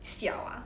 小 ah